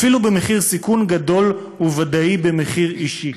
אפילו במחיר סיכון גדול וודאי במחיר אישי.